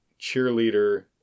cheerleader